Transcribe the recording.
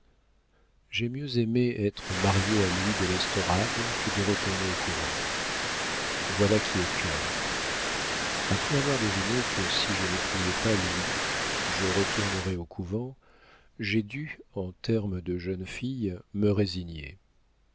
j'ai mieux aimé être mariée à louis de l'estorade que de retourner au couvent voilà qui est clair après avoir deviné que si je n'épousais pas louis je retournerais au couvent j'ai dû en termes de jeune fille me résigner